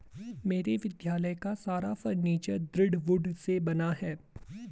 मेरे विद्यालय का सारा फर्नीचर दृढ़ वुड से बना है